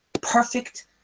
perfect